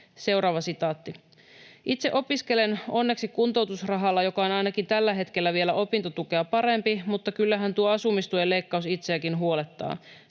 seuraava paikka on kadulla.” ”Itse opiskelen onneksi kuntoutusrahalla, joka on ainakin tällä hetkellä vielä opintotukea parempi, mutta kyllähän tuo asumistuen leikkaus itseäkin huolettaa.